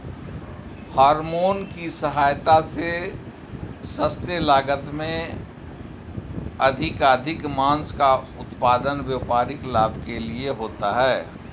hormone की सहायता से सस्ते लागत में अधिकाधिक माँस का उत्पादन व्यापारिक लाभ के लिए होता है